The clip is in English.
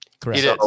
Correct